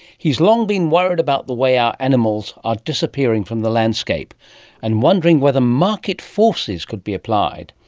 he's long been worried about the way our animals are disappearing from the landscape and wondering whether market forces could be applied.